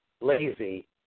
lazy